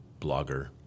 blogger